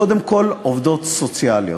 זה קודם כול עובדות סוציאליות.